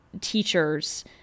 teachers